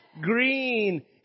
green